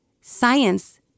Science